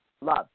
love